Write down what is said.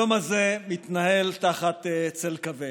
היום הזה מתנהל תחת צל כבד.